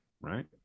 right